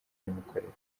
n’imikorere